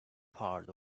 part